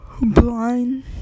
blind